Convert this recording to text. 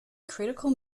critical